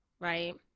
right